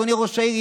ואדוני ראש העיר,